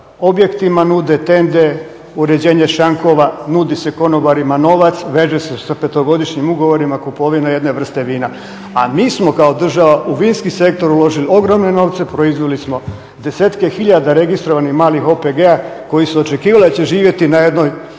objektima nude tende, uređenje šankova, nudi se konobarima novac, veže sa petogodišnjim ugovorima kupovina jedne vrste vina. A mi smo kao država u vinski sektor uložili ogromne novce, proizveli smo desetke hiljada malih registriranih malih OPG-a koji su očekivali da će živjeti na jednoj